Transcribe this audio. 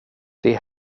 det